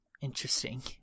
Interesting